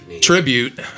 tribute